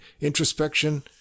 introspection